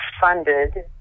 funded